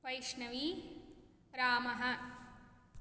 वैश्नवी रामः